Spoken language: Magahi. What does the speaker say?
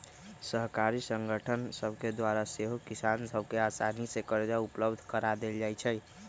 सहकारी संगठन सभके द्वारा सेहो किसान सभ के असानी से करजा उपलब्ध करा देल जाइ छइ